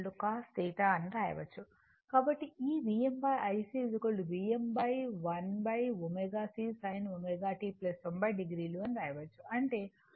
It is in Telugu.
కాబట్టి ఈ VmIC Vm1ω C sin ω t 90 o అని వ్రాయవచ్చు